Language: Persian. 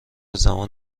زمان